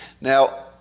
Now